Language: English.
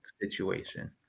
situation